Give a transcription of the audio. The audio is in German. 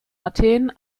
athen